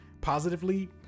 positively